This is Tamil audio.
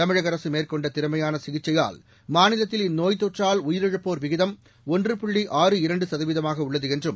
தமிழக அரசு மேற்கொண்ட திறமையான சிகிச்சையால் மாநிலத்தில் இந்நோய்த் தொற்றால் உயிரிழப்போர் விகிதம் ஒன்று புள்ளி ஆறு இரண்டு சதவீதமாக உள்ளது என்றும்